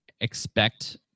expect